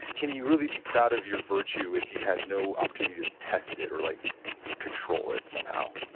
can you really be proud of your virtue if you had no opportunity to test it, or like control it somehow?